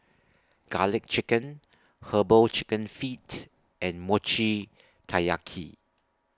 Garlic Chicken Herbal Chicken Feet and Mochi Taiyaki